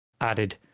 added